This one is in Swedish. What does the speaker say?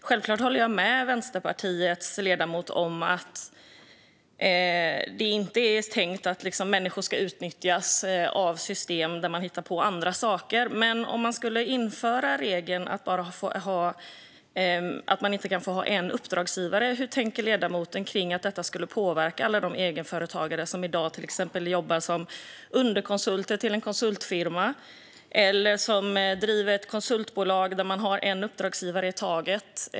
Självklart håller jag med Vänsterpartiets ledamot om att det inte är meningen att människor ska utnyttjas i system där man hittar på andra saker, men om regeln att egenföretagare inte får ha endast en uppdragsgivare skulle införas - hur tänker ledamoten att det skulle påverka alla de egenföretagare som i dag till exempel jobbar som underkonsulter till en konsultfirma eller som driver ett konsultbolag där man har en uppdragsgivare i taget?